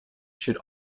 should